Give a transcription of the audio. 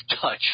touch